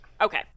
Okay